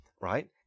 right